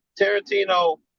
Tarantino